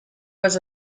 was